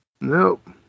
Nope